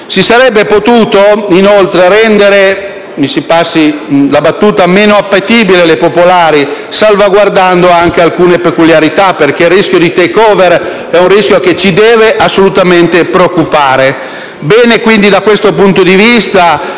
Si sarebbe potuto, inoltre, rendere - mi si passi l'espressione «meno appetibili» le popolari, salvaguardando anche alcune peculiarità, perché il rischio di *takeover* ci deve assolutamente preoccupare. Bene, quindi, da questo punto di vista